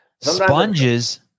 Sponges